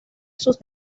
sus